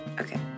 Okay